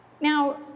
Now